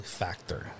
factor